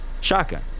Shotgun